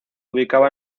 ubicaba